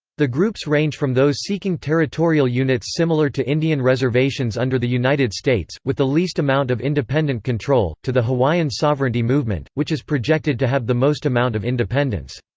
the groups range from those seeking territorial units similar to indian reservations under the united states, with the least amount of independent control, to the hawaiian sovereignty movement, which is projected to have the most amount of independence.